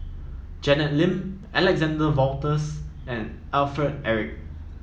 Janet Lim Alexander Wolters and Alfred Eric